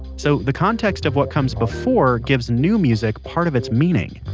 so the context of what comes before gives new music part of its meaning.